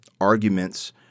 arguments